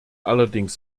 allerdings